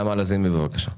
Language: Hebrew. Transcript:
נעמה לזימי, בבקשה.